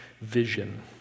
vision